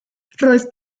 roedd